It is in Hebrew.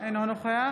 אינו נוכח